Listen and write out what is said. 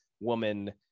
woman